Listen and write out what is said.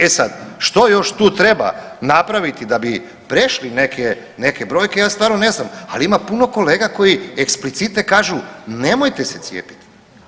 E sad, što još tu treba napraviti da bi prešli neke, neke brojke ja stvarno ne znam, ali ima puno kolega koji eksplicite kažu nemojte se cijepiti.